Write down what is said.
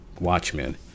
Watchmen